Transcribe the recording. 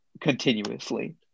continuously